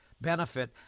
benefit